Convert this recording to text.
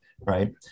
right